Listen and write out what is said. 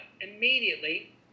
immediately